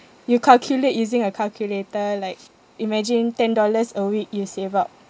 you calculate using a calculator like imagine ten dollars a week you save up